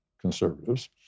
conservatives